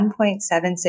$1.76